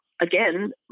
again